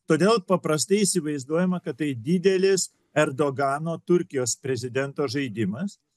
todėl paprastai įsivaizduojama kad tai didelis erdogano turkijos prezidento žaidimas